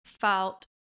felt